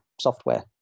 software